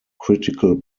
critical